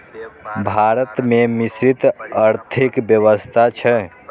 भारत मे मिश्रित आर्थिक व्यवस्था छै